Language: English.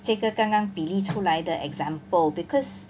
这个刚刚比例出来的 example because